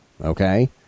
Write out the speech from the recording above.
okay